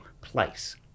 place